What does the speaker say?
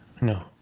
No